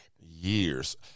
Years